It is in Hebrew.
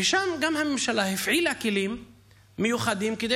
ושם הממשלה הפעילה כלים מיוחדים כדי